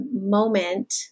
moment